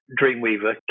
Dreamweaver